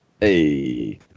Hey